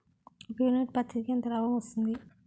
ఒక యూనిట్ పత్తికి ఎంత లాభం వస్తుంది?